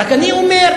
רק אני אומר,